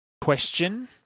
question